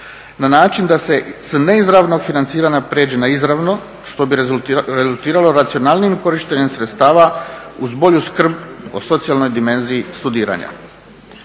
na način da se sa neizravnog financiranja prijeđe na izravno što bi rezultiralo racionalnijim korištenjem sredstava uz bolju skrb o socijalnoj dimenziji studiranja.